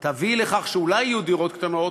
תביא לכך שאולי יהיו דירות קטנות,